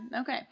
okay